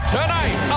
Tonight